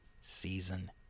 season